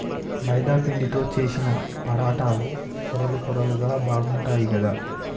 మైదా పిండితో చేశిన పరాటాలు పొరలు పొరలుగా బాగుంటాయ్ కదా